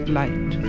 light